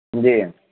جی